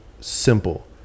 simple